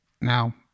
Now